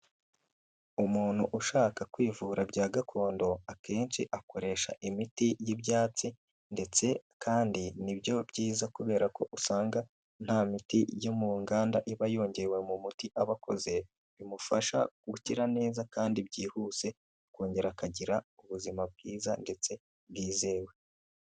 Umuntu ushaka kwivura bya gakondo akenshi akoresha imiti y'ibyatsi ndetse kandi nibyo byiza kubera ko usanga nta miti yo mu nganda iba yongewe mu muti aba akoze, bimufasha gukira neza kandi byihuse akongera akagira ubuzima bwiza ndetse bwizewe.